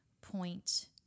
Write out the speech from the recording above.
point